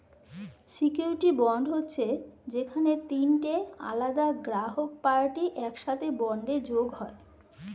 surety bond হচ্ছে যেখানে তিনটে আলাদা গ্রাহক পার্টি একসাথে বন্ডে যোগ হয়